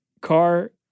car